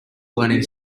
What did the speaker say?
learning